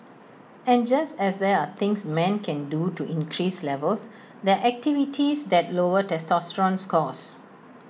and just as there are things men can do to increase levels there are activities that lower testosterone scores